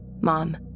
Mom